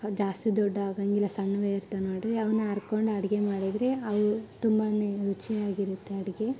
ಅದು ಜಾಸ್ತಿ ದೊಡ್ಡ ಆಗೋಂಗಿಲ್ಲ ಸಣ್ಣವೆ ಇರ್ತವೆ ನೋಡಿರಿ ಅವನ್ನು ಹರ್ಕೊಂಡ್ ಅಡುಗೆ ಮಾಡಿದರೆ ಅದು ತುಂಬ ರುಚಿಯಾಗಿರುತ್ತೆ ಅಡುಗೆ